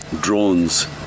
drones